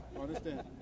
understand